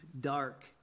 dark